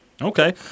Okay